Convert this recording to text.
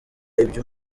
ibyo